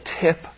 tip